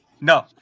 No